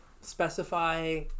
specify